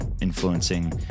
influencing